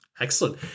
excellent